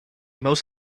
most